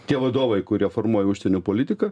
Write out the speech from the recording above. tie vadovai kurie formuoja užsienio politiką